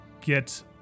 get